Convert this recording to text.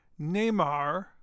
Neymar